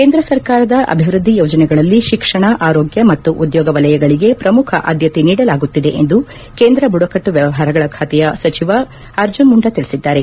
ಕೇಂದ್ರ ಸರ್ಕಾರದ ಅಭಿವೃದ್ದಿ ಯೋಜನೆಗಳಲ್ಲಿ ಶಿಕ್ಷಣ ಆರೋಗ್ಯ ಮತ್ತು ಉದ್ಯೋಗ ವಲಯಗಳಿಗೆ ಪ್ರಮುಖ ಆದ್ಯತೆ ನೀಡಲಾಗುತ್ತಿದೆ ಎಂದು ಕೇಂದ್ರ ಬುಡಕಟ್ಲು ವ್ಲವಹಾರಗಳ ಖಾತೆಯ ಸಚಿವ ಅರ್ಜುನ್ ಮುಂಡಾ ತಿಳಿಸಿದ್ದಾರೆ